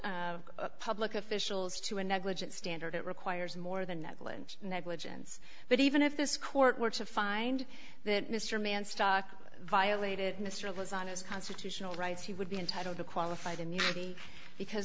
public officials to a negligent standard it requires more than that lynch negligence but even if this court were to find that mr mann stock violated mr was on his constitutional rights he would be entitled to qualified immunity because